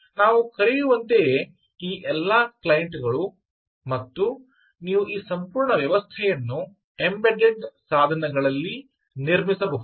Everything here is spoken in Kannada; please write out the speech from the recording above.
ನಾವು ಕರೆಯುವಂತೆಯೇ ಈ ಎಲ್ಲ ಕ್ಲೈಂಟ್ ಗಳು ಮತ್ತು ನೀವು ಈ ಸಂಪೂರ್ಣ ವ್ಯವಸ್ಥೆಯನ್ನು ಎಂಬೆಡೆಡ್ ಸಾಧನಗಳಲ್ಲಿ ನಿರ್ಮಿಸಬಹುದು